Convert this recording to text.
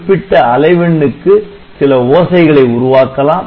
குறிப்பிட்ட அலைவெண்ணுக்கு சில ஓசைகளை உருவாக்கலாம்